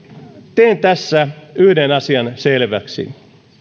teen tässä yhden asian selväksi